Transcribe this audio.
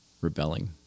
rebelling